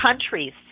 countries